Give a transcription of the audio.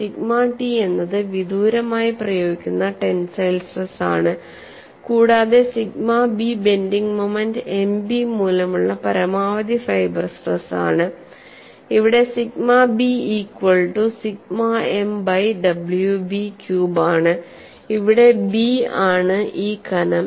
sigma T എന്നത് വിദൂരമായി പ്രയോഗിക്കുന്ന ടെൻസൈൽ സ്ട്രെസ് ആണ് കൂടാതെ sigma B bending moment Mb മൂലമുള്ള പരമാവധി ഫൈബർ സ്ട്രെസ് ആണ് ഇവിടെ sigma B equal to 6 M by WB cube ആണ് ഇവിടെ B ആണ് ഈ കനം